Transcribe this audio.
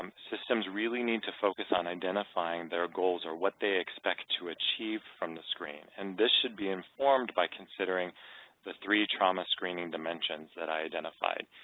um systems really need to focus on identifying their goals or what they expect to achieve from the screen and this should be informed by considering the three trauma screening dimensions that i identified.